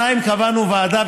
2. קבענו ועדה,